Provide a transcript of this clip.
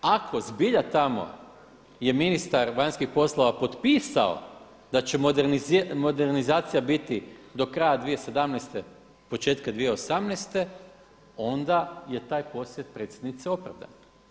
Ako zbilja tamo je ministar vanjskih poslova da će modernizacija biti do kraja 2017., početka 2018., onda je taj posjet predsjednice opravdan.